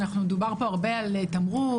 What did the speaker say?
דובר פה הרבה על התעמרות,